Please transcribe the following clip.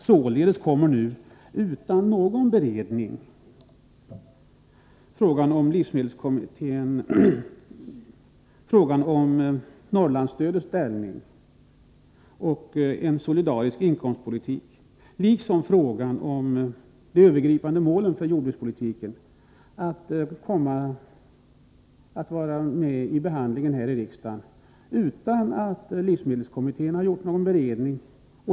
Således kommer nu — utan någon beredning i livsmedelskommittén — de övergripande målens ställning, Norrlandsstödet och frågan om solidarisk inkomstpolitik att behandlas här i riksdagen.